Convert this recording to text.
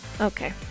Okay